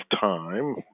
time